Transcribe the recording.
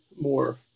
more